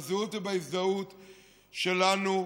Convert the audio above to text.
בזהות ובהזדהות שלנו,